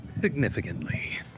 Significantly